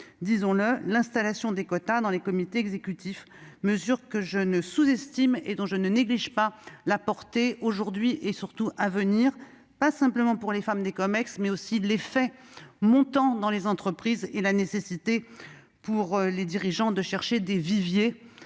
disons-le -: l'instauration des quotas dans les comités exécutifs, mesure que je ne sous-estime pas et dont je ne néglige pas la portée aujourd'hui et, surtout, à l'avenir, non pas simplement pour les femmes membres de ces comités, mais aussi pour son effet « montant » dans les entreprises et la nécessité pour les dirigeants de chercher des viviers